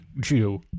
Jew